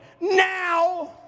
now